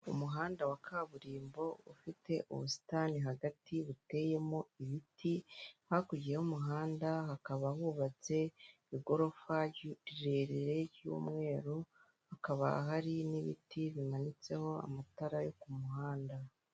Umuhanda wa kaburimbo ufite ubusitani hagati buteyemo ibiti hakurya y'umuhanda hakaba hubatse igorofa rirerire ry'umweru hakaba hari n'ibiti bimanitseho amatara yo kumuhanda ,